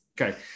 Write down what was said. okay